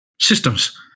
systems